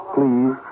Please